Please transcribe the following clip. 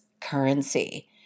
currency